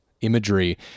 imagery